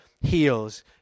heals